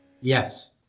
Yes